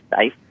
safe